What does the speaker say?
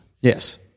Yes